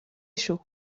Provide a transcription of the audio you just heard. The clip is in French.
chaud